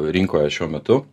rinkoje šiuo metu